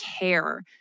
care